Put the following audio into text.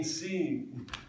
seeing